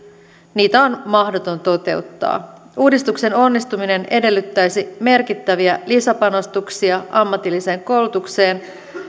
sitä on mahdoton toteuttaa uudistuksen onnistuminen edellyttäisi merkittäviä lisäpanostuksia ammatilliseen koulutukseen